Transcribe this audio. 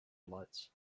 lights